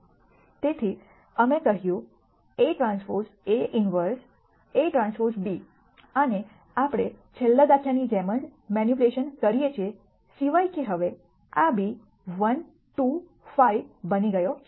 તેથી અમે કહ્યું x Aᵀ A 1 Aᵀ b અને આપણે છેલ્લા દાખલાની જેમ જ મેનીપ્યુલેશન કરીએ છીએ સિવાય કે આ b હવે 1 2 5 બની ગયું છે